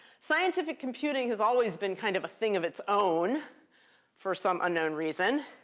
scientific computing has always been kind of a thing of its own for some unknown reason.